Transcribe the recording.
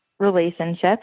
relationships